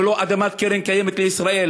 ולא אדמת קרן קיימת לישראל.